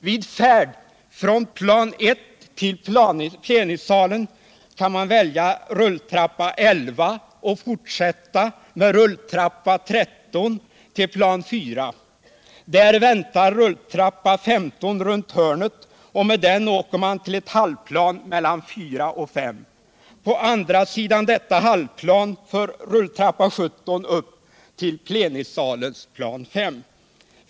Vid färd från plan 1 till plenisalen kan man välja rulltrappa 11 och fortsätta med rulltrappa 13 till plan 4. Där väntar rulltrappa 15 runt hörnet och med den åker man till ett halvplan mellan 4 och 5. På andra sidan detta halvplan för rulltrappa 17 upp till plenisalens plan 5.